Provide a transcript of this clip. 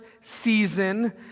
season